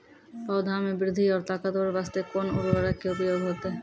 पौधा मे बृद्धि और ताकतवर बास्ते कोन उर्वरक के उपयोग होतै?